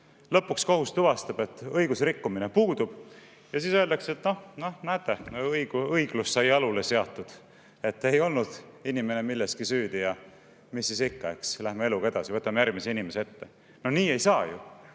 Lõpuks kohus tuvastab, et õiguserikkumine puudub, ja siis öeldakse, et näete, õiglus sai jalule seatud. Ei olnud inimene milleski süüdi, aga mis siis ikka, eks, lähme eluga edasi, võtame järgmise inimese ette. No nii ei saa ju!